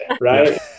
right